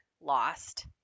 lost